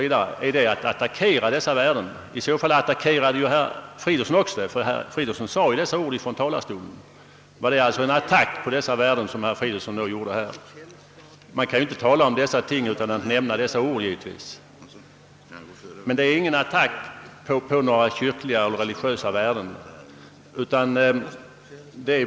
V. Betyder ordvalet att man attackerar dessa värden? I så fall gjorde herr Fri dolfsson det också, ty han uttalade samma ord från talarstolen. Man kan ju inte tala om dessa ting utan att nämna dessa ord, men det betyder givetvis inte att man angriper kyrkliga och religiösa värden.